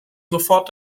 sofort